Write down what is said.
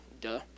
duh